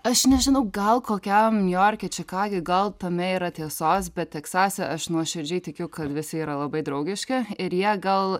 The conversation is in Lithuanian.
aš nežinau gal kokiam niujorke čikagoj gal tame yra tiesos bet teksase aš nuoširdžiai tikiu kad visi yra labai draugiški ir jie gal